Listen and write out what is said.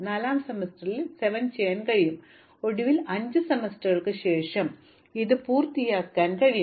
നാലാം സെമസ്റ്ററിൽ എനിക്ക് 7 ചെയ്യാൻ കഴിയും ഒടുവിൽ 5 സെമസ്റ്ററുകൾക്ക് ശേഷം എനിക്ക് ഇത് പൂർത്തിയാക്കാൻ കഴിയും